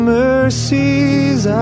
mercies